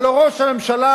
הלוא ראש הממשלה,